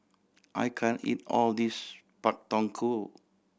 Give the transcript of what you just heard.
I can't eat all of this Pak Thong Ko